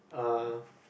uh